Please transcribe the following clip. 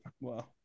Wow